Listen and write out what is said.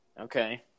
Okay